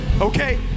okay